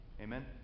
Amen